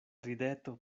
rideto